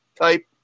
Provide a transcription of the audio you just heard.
type